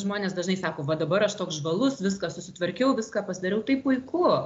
žmonės dažnai sako va dabar aš toks žvalus viską susitvarkiau viską pasidariau tai puiku